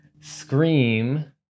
Scream